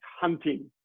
hunting